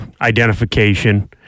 identification